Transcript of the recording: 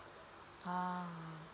ah